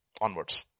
onwards